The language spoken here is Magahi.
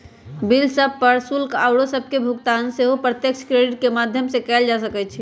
बिल सभ, कर, शुल्क आउरो सभके भुगतान सेहो प्रत्यक्ष क्रेडिट के माध्यम से कएल जा सकइ छै